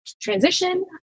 transition